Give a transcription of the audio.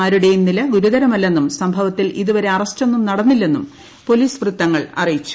ആരുടെയും നില ഗുരുതരമല്ലെന്നും സംഭവത്തിൽ ഇതുവിരെ അറസ്റ്റൊന്നും നടന്നില്ലെന്നും പോലീസ് വൃത്ത്ങ്ങൾ അറിയിച്ചു